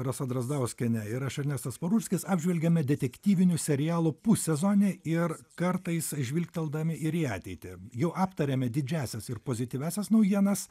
rasa drazdauskienė ir aš ernestas parulskis apžvelgiame detektyvinių serialų pussezonį ir kartais žvilgteldami ir į ateitį jau aptarėme didžiąsias ir pozityviąsias naujienas